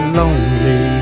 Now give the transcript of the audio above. lonely